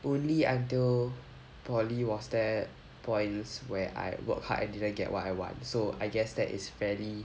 only until poly was there points where I work hard and didn't get what I what so I guess that is fairly